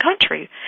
country